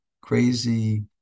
crazy